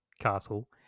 castle